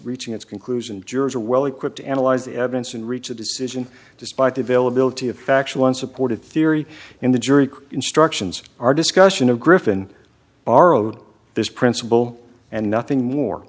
reaching its conclusion jurors are well equipped analyze the evidence and reach a decision despite the availability of factual unsupported theory in the jury instructions our discussion of griffin borrowed this principle and nothing more